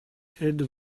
head